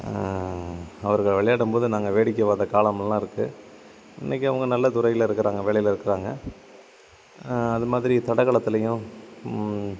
அவர்கள் விளையாடும்போது நாங்கள் வேடிக்கை பார்த்த காலமெல்லாம் இருக்குது இன்னைக்கி அவங்க நல்ல துறையில் இருக்கிறாங்க வேலையில் இருக்கிறாங்க அது மாதிரி தடகளத்துலேயும்